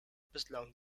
bislang